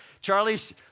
Charlie's